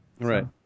Right